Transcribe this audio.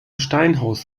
steinhaus